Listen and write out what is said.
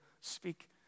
speak